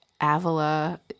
Avila